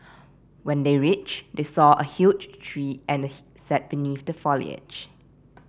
when they reached they saw a huge tree and he sat beneath the foliage